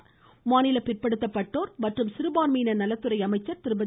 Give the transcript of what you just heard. இந்நிகழ்ச்சியில் மாநில பிற்படுத்தப்பட்டோர் மற்றும் சிறுபான்மையினர் நலத்துறை அமைச்சர் திருமதி